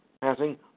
Passing